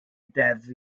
deddf